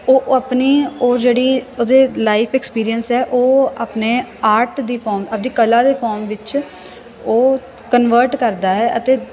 ਉਹ ਆਪਣੇ ਉਹ ਜਿਹੜੀ ਉਹਦੇ ਲਾਈਫ ਐਕਸਪੀਰੀਅੰਸ ਹੈ ਉਹ ਆਪਣੇ ਆਰਟ ਦੀ ਫੋਮ ਆਪਣੀ ਕਲਾ ਦੇ ਫੋਮ ਵਿੱਚ ਉਹ ਕਨਵਰਟ ਕਰਦਾ ਹੈ ਅਤੇ